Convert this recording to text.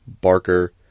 Barker